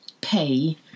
pay